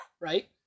right